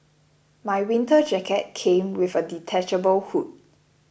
my winter jacket came with a detachable hood